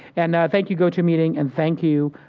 and thank you, gotomeeting, and thank you,